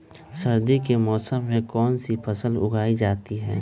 सर्दी के मौसम में कौन सी फसल उगाई जाती है?